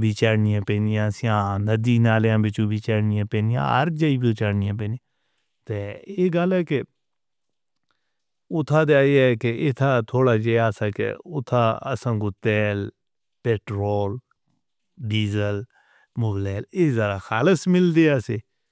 بچارنیہ سیان جی، نالیاں بِچھو، بچارنیہ پینیاں، ارکجئی بچارنیہ پینیاں۔ ایہہ گلاں دے اُتے تیاں، ایہہ دے اُتے اَسن٘گُو تیل، پیٹرول، ڈیزل۔